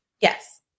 Yes